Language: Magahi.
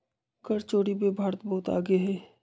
कर चोरी में भारत बहुत आगे हई